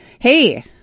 Hey